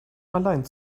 allein